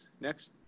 Next